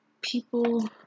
people